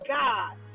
god